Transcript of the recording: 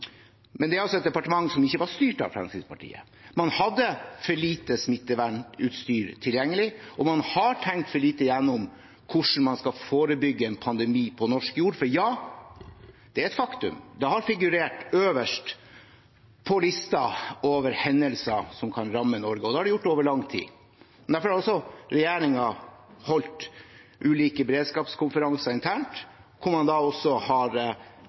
Men det gjelder altså et departement som ikke var styrt av Fremskrittspartiet. Man hadde for lite smittevernutstyr tilgjengelig, og man har tenkt for lite gjennom hvordan man skal forebygge en pandemi på norsk jord. Det er et faktum at det har figurert øverst på lista over hendelser som kan ramme Norge, og det har det gjort over lang tid. Derfor har også regjeringen holdt ulike beredskapskonferanser internt, hvor man har understreket de nødvendige departementenes ansvar for å bygge norsk beredskap. Justisdepartementet har